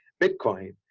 Bitcoin